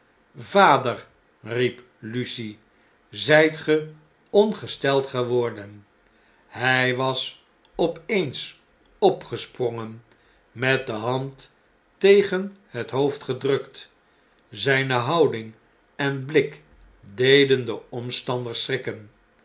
vader riep lucie zyt ge ongesteld geworden hij was op eens opgesprongen met de hand tegen het hoofd gedrukt zijne houding en blik deden de omstanders schrikken